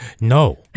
No